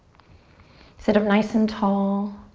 sit up nice and tall.